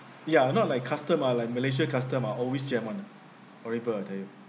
ya not like custom ah like malaysia custom ah always jam one ah horrible I tell you